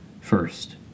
first